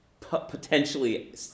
potentially